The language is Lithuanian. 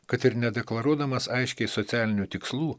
kad ir nedeklaruodamas aiškiai socialinių tikslų